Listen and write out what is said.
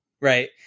Right